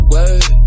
Word